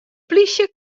polysje